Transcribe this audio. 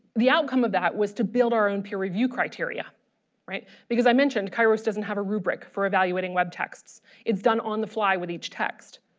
the outcome of that was to build our own peer review criteria right because i mentioned kairos doesn't have a rubric for evaluating web texts it's done on the fly with each text.